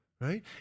right